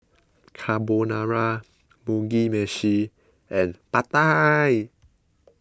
Carbonara Mugi Meshi and Pad Thai